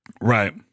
right